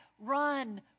Run